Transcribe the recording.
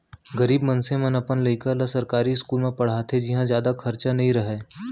गरीब मनसे मन अपन लइका ल सरकारी इस्कूल म पड़हाथे जिंहा जादा खरचा नइ रहय